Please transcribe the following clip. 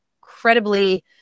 incredibly